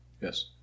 Yes